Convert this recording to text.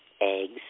eggs